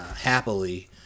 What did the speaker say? happily